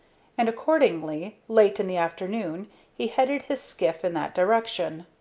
and, accordingly, late in the afternoon he headed his skiff in that direction.